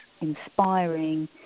inspiring